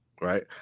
Right